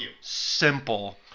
simple